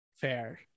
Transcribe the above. fair